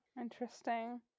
Interesting